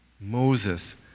Moses